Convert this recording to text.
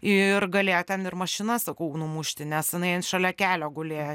ir galėjo ten ir mašina sakau numušti nes jinai šalia kelio gulėjo